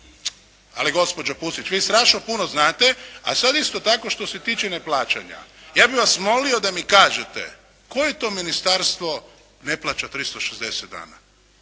Ali gospođo Pusić, vi strašno puno znate. A sad isto tako što se tiče neplaćanja. Ja bih vas molio da mi kažete koje to ministarstvo ne plaća 360 dana?